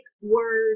word